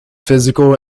physical